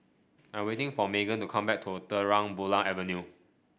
I'm waiting for Magen to come back to Terang Bulan Avenue